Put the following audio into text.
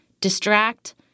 distract